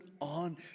on